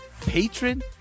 Patron